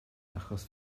achos